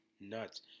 Nuts